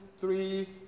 three